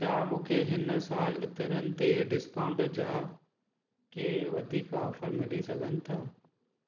छा मूंखे हिन सालु इतरनि ते डिस्काउंट जा के वधीक ऑफर मिली सघनि था